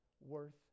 worth